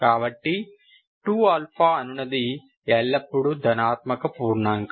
కాబట్టి 2 అనునది ఎల్లప్పుడూ ధనాత్మక పూర్ణాంకం